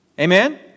Amen